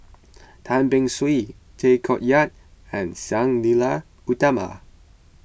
Tan Beng Swee Tay Koh Yat and Sang Nila Utama